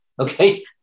okay